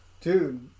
Dude